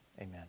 Amen